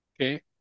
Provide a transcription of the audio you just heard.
Okay